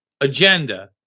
agenda